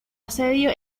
asedio